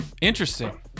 Interesting